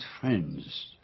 friends